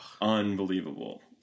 Unbelievable